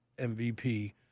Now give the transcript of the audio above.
MVP